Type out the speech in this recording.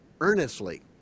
earnestly